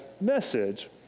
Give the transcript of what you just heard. message